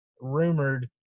rumored